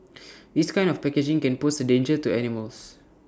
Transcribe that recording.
this kind of packaging can pose A danger to animals